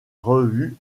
revue